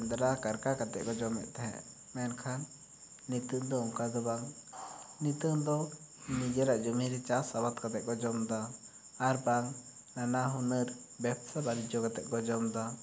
ᱥᱮᱸᱫᱽᱨᱟ ᱠᱟᱨᱠᱟ ᱠᱟᱛᱮᱜ ᱠᱚ ᱡᱚᱢᱮᱫ ᱛᱟᱦᱮᱸᱜ ᱢᱮᱱᱠᱷᱟᱱ ᱱᱤᱛᱚᱜ ᱫᱚ ᱚᱝᱠᱟ ᱫᱚ ᱵᱟᱝ ᱱᱤᱛᱚᱜ ᱫᱚ ᱱᱤᱡᱮᱨᱟᱜ ᱡᱚᱢᱤ ᱨᱮ ᱪᱟᱥ ᱟᱵᱟᱫ ᱠᱟᱛᱮᱜ ᱠᱚ ᱡᱚᱢᱫᱟ ᱟᱨ ᱵᱟᱝ ᱱᱟᱱᱟ ᱦᱩᱱᱟᱹᱨ ᱵᱮᱯᱥᱟ ᱵᱟᱹᱱᱤᱡᱡᱚ ᱠᱟᱛᱮᱜ ᱠᱚ ᱡᱚᱢᱫᱟ